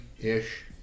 ish